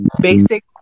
basic